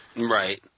Right